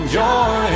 joy